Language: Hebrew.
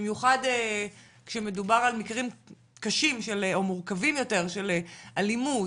במיוחד כשמדובר על מקרים קשים או מורכבים יותר של אלימות,